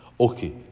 Okay